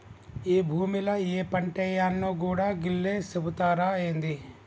ఏ భూమిల ఏ పంటేయాల్నో గూడా గీళ్లే సెబుతరా ఏంది?